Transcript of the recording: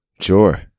sure